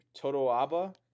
Totoaba